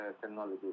technology